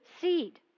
seed